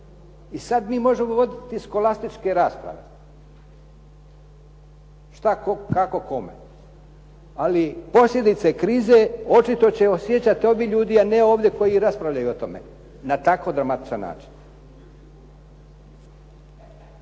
I sad mi možemo voditi skolastičke rasprave šta tko, kako kome. Ali posljedice krize očito će osjećati ovi ljudi, a ne ovdje koji raspravljaju o tome na tako dramatičan način.